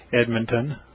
Edmonton